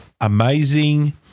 amazing